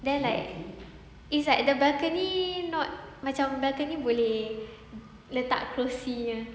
then like it's like the balcony not macam balcony boleh letak kerusi